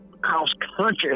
cross-country